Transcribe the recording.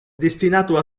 destinato